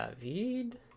David